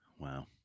Wow